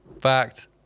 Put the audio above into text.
Fact